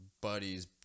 buddies